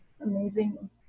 amazing